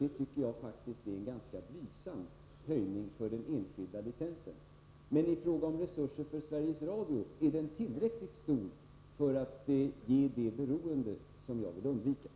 Det tycker jag faktiskt är en ganska blygsam höjning av den enskilda licensen. Men i fråga om resurser för Sveriges Radio är den tillräckligt stor för att ge det beroende som jag vill undvika.